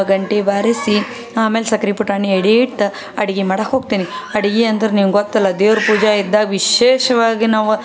ಗಂಟಿ ಬಾರಿಸಿ ಆಮೇಲೆ ಸಕ್ರೆ ಪುಟಾಣಿ ಎಡೆ ಇಟ್ಟು ಅಡುಗೆ ಮಾಡೋಕೆ ಹೋಗ್ತೀನಿ ಅಡುಗೆ ಅಂದ್ರೆ ನಿಮಗೆ ಗೊತ್ತಲ್ಲ ದೇವ್ರ ಪೂಜೆ ಇದ್ದಾಗ ವಿಷೇಷವಾಗಿ ನಾವು